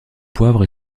poivre